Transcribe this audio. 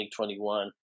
2021